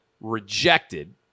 rejected